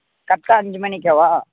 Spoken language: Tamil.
கரெக்டாக அஞ்சு மணிக்கா